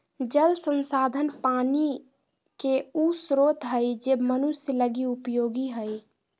जल संसाधन पानी के उ स्रोत हइ जे मनुष्य लगी उपयोगी हइ